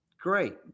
great